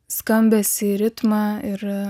skambesį į ritmą ir